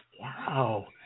Wow